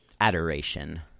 adoration